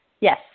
yes